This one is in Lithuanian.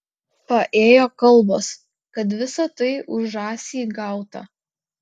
paėjo kalbos kad visa tai už žąsį gauta